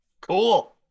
Cool